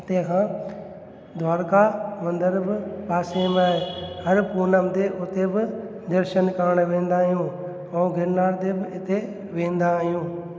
हिते खां द्वारका मंदर बि पासे में आहे हर पूनम ते हुते बि दर्शन करणु वेंदा आहियूं ऐं गिरनार ते बि हुते वेंदा आहियूं